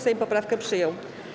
Sejm poprawkę przyjął.